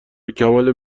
کمال